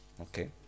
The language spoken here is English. Okay